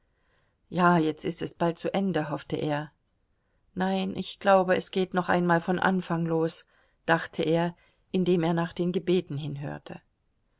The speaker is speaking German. ja jetzt ist es bald zu ende hoffte er nein ich glaube es geht noch einmal von anfang los dachte er indem er nach den gebeten hinhörte